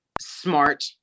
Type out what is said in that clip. smart